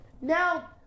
Now